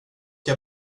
jag